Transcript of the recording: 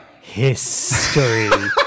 History